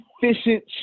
efficient